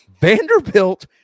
Vanderbilt